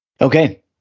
Okay